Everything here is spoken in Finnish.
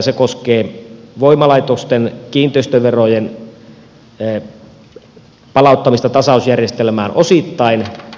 se koskee voimalaitosten kiinteistöverojen palauttamista tasausjärjestelmään osittain